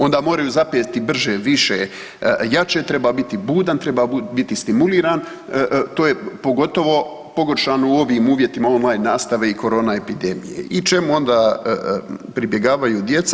Onda moraju zapeti brže, više, jače, treba biti budan, treba biti stimuliran, to je, pogotovo pogoršano u ovim uvjetima online nastave i korona epidemije i čemu onda pribjegavaju djeca?